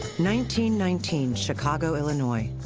nineteen nineteen chicago, illinois,